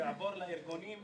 שיעבור לארגונים.